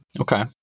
Okay